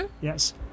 yes